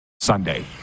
Sunday